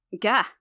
Gah